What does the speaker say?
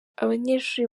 abanyeshuri